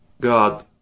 god